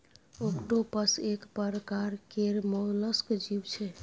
octopus एक परकार केर मोलस्क जीव छै